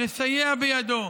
נסייע בידו.